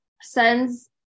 sends